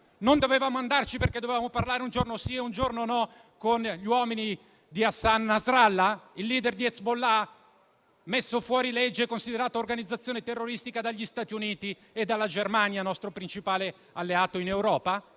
non dovevamo andarci perché dovevamo parlare un giorno sì e un giorno no con gli uomini di Hassan Nasrallah, il leader di Hezbollah, messo fuori legge e considerato organizzazione terroristica dagli Stati Uniti e dalla Germania, nostro principale alleato in Europa?